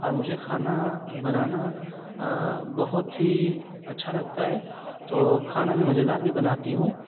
اور مجھے کھانا بنانا بہت ہی اچھا لگتا ہے تو کھانا میں مزے دار بھی بناتی ہوں